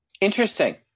Interesting